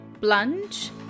plunge